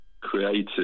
creative